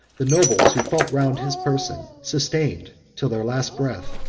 the nobles, who fought round his person, sustained, till their last breath,